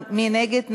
מי נגד?